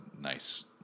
nice